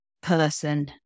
person